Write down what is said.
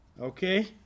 okay